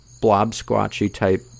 blob-squatchy-type